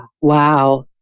Wow